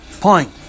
point